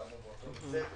למדנו באותו בית ספר,